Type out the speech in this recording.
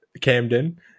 Camden